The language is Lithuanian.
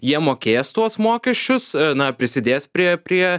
jie mokės tuos mokesčius na prisidės prie prie